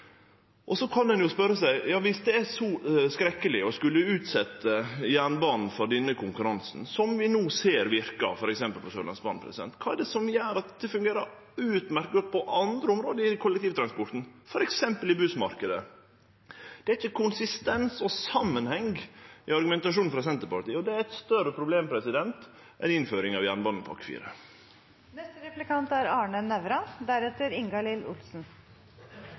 Så kan ein spørje seg: Dersom det er så skrekkeleg å skulle utsetje jernbanen for denne konkurransen som vi no ser verkar, f.eks. på Sørlandsbanen – kva er det som gjer at det fungerer utmerkt på andre område av kollektivtransporten, f.eks. i bussmarknaden? Det er ikkje konsistens og samanheng i argumentasjonen frå Senterpartiet, og det er eit større problem enn innføring av